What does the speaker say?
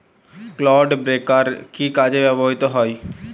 Clod breaker কি কাজে ব্যবহৃত হয়?